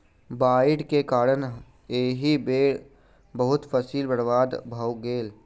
बाइढ़ के कारण एहि बेर बहुत फसील बर्बाद भअ गेल